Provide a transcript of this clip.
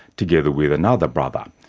together with another brother,